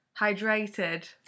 hydrated